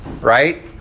Right